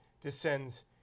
descends